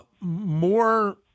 more